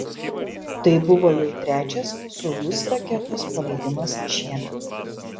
tai buvo jau trečias sojuz raketos paleidimas šiemet